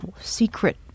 secret